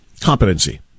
competency